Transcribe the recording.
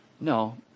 No